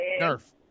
Nerf